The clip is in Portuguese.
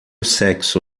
sexo